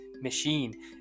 machine